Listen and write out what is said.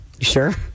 sure